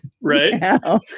right